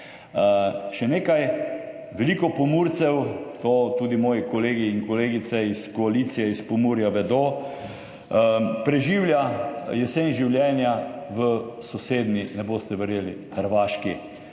Še nekaj, veliko Pomurcev, to tudi moji kolegi in kolegice iz koalicije iz Pomurja vedo, preživlja jesen življenja, ne boste verjeli, v